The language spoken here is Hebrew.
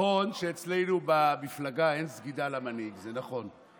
נכון שאצלנו במפלגה אין סגידה למנהיג, זה נכון.